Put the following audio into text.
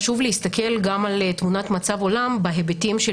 חשוב להסתכל גם על תמונת מצב עולם בהיבטים של